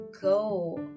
go